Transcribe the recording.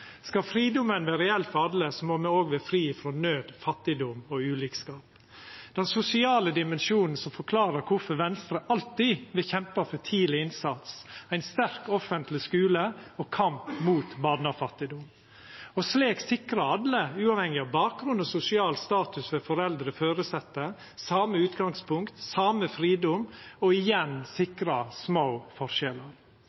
Skal fridomen vera reell for alle, må me òg vera fri frå naud, fattigdom og ulikskap, den sosiale dimensjonen som forklarar kvifor Venstre alltid vil kjempa for tidleg innsats, ein sterk offentleg skule og kamp mot barnefattigdom og slik sikra alle, uavhengig av bakgrunn og sosial status hos foreldre og føresette, same utgangspunkt, same fridom – og igjen